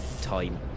time-